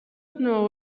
know